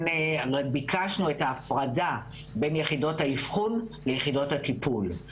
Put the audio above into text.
ביקשנו את ההפרדה בין יחידות האבחון ליחידות הטיפול.